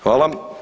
Hvala.